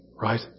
Right